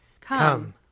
Come